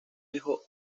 hijo